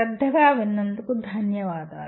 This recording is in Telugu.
చాలా ధన్యవాదాలు